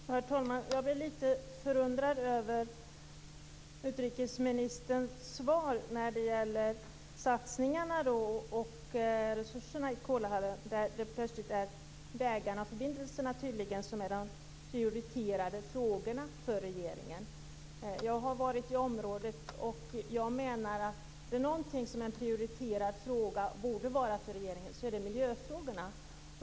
Herr talman! Jag blev litet förundrad över utrikesministerns svar när det gäller satsningarna på och resurserna till Kolahalvön. Plötsligt är det vägarna och förbindelserna som är de prioriterade frågorna för regeringen. Jag har varit i området, och är det någonting som borde vara en prioriterad fråga för regeringen är det miljöfrågan.